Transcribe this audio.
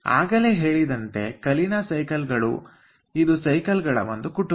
ಆಗಲೇ ಹೇಳಿದಂತೆ ಕಲೀನಾ ಸೈಕಲ್ ಗಳು ಇದು ಸೈಕಲ್ಗಳ ಒಂದು ಕುಟುಂಬ